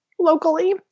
Locally